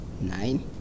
Nine